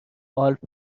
آلپ